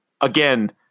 Again